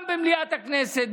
גם במליאת הכנסת,